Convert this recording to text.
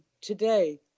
today